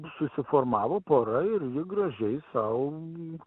susiformavo pora ir ji gražiai sau